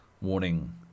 warning